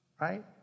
right